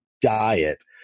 diet